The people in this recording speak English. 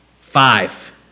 Five